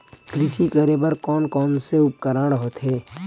कृषि करेबर कोन कौन से उपकरण होथे?